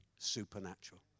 Supernatural